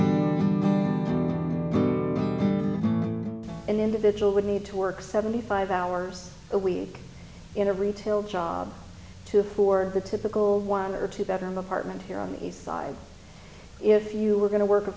individual would need to work seventy five hours a week in a retail job to afford the typical one or two bedroom apartment here on the east side if you were going to work a